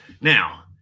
now